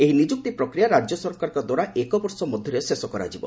ଏହି ନିଯୁକ୍ତି ପ୍ରକ୍ରିୟା ରାଜ୍ୟ ସରକାରଙ୍କ ଦ୍ୱାରା ଏକ ବର୍ଷ ମଧ୍ୟରେ ଶେଷ କରାଯିବ